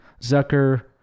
Zucker